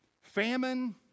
Famine